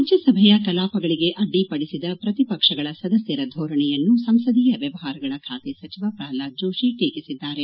ರಾಜ್ಯಸಭೆಯ ಕಲಾಪಗಳಿಗೆ ಅಡ್ಡಿಪಡಿಸಿದ ಪ್ರತಿಪಕ್ಷಗಳ ಸದಸ್ಕರ ಧೋರಣೆಯನ್ನು ಸಂಸದೀಯ ವ್ಯವಹಾರಗಳ ಬಾತೆ ಸಚಿವ ಪ್ರಹ್ಲಾದ್ ಜೋಷಿ ಟೀಕಿಸಿದರು